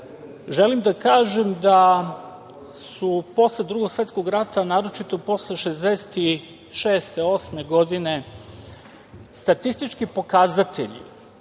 želim da kažem da su posle Drugog svetskog rata, naročito posle 1966. i 1968. godine statistički pokazatelji